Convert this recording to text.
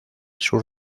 sus